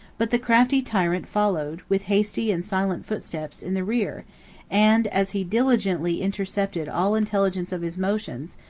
but the crafty tyrant followed, with hasty and silent footsteps, in the rear and, as he diligently intercepted all intelligence of his motions,